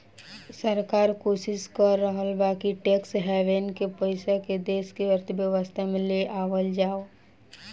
सरकार कोशिस कर रहल बा कि टैक्स हैवेन के पइसा के देश के अर्थव्यवस्था में ले आवल जाव